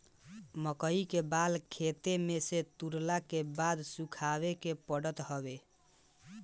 मकई के बाल खेते में से तुरला के बाद सुखावे के पड़त हवे